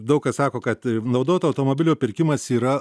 daug kas sako kad naudoto automobilio pirkimas yra